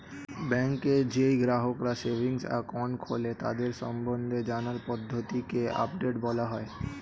ব্যাংকে যেই গ্রাহকরা সেভিংস একাউন্ট খোলে তাদের সম্বন্ধে জানার পদ্ধতিকে আপডেট বলা হয়